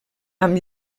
amb